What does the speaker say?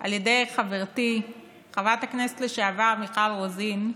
על ידי חברתי חברת הכנסת לשעבר מיכל רוזין,